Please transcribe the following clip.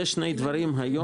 אלה שני דברים שיש היום.